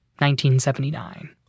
1979